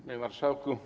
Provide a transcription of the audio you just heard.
Panie Marszałku!